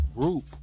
group